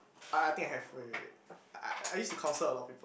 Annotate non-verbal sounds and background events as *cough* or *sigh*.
I I think I have wait wait wait *breath* I I used to counsel a lot of people